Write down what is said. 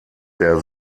der